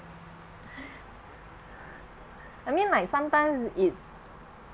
I mean like sometimes it's